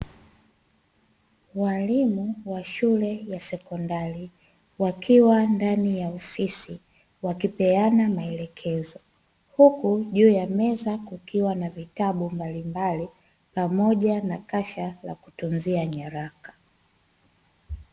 Walimu wa shule ya sekondari wakiwa ndani ya ofisi wakipeana maelekezo, huku juu ya meza kukiwa na vitabu mbalimbali pamoja na kasha la kutunzia nyaraka.